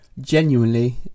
genuinely